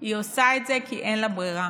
היא עושה את זה כי אין לה ברירה,